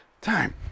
time